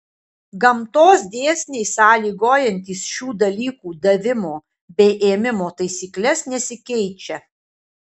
gamtos dėsniai sąlygojantys šių dalykų davimo bei ėmimo taisykles nesikeičia